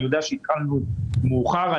אני יודע שהתחלנו מאוחר.